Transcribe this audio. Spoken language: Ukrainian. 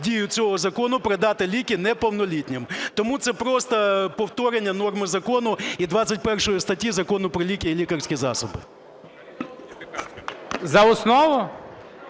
дію цього закону продати ліки неповнолітнім. Тому це просто повторення норми закону і 21 статті Закону про ліки і лікарські засоби.